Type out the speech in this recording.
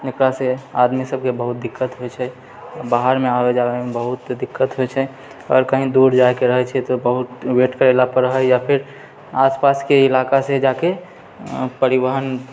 एकरासँ आदमी सबके बहुत दिक्कत होइ छै बाहरमे आबै जाबैमे बहुत दिक्कत होइ छै आओर कही दूर जाएके रहै छै तऽ बहुत वेट करएला पड़ए है या फिर आसपासके ईलाका से जाके परिवहन